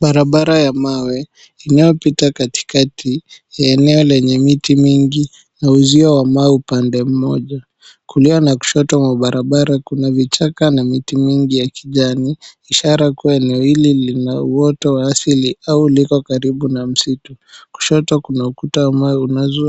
Barabara ya mawe inayopita katikati, ya eneo lenye yenye miti mingi, na uzio ambao upande mmoja. Kulia na kushoto mwa barabara kuna vichaka na miti mingi ya kijani ishara kuwa eneo hili lina uoto wa asili au liko karibu na msitu. Kushoto kuna ukuta wa mawe